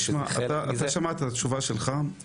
מה לעשות.